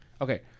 Okay